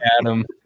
adam